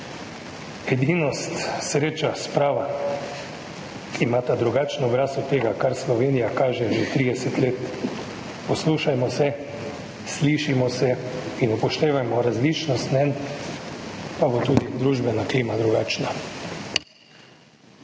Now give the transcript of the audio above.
Edinost, sreča, sprava imajo drugačen obraz od tega, kar Slovenija kaže že 30 let. Poslušajmo se, slišimo se in upoštevajmo različnost mnenj pa bo tudi družbena klima drugačna.